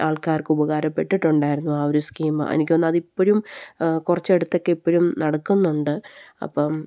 ആൾക്കാർക്ക് ഉപകാരപ്പെട്ടിട്ടുണ്ടായിരുന്നു ആ ഒരു സ്കീം എനിക്ക് തോന്നുന്നു അതിപ്പോഴും കുറച്ചിടത്തൊക്കെ ഇപ്പോഴും നടക്കുന്നുണ്ട് അപ്പം